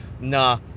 Nah